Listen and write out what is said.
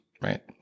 right